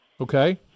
Okay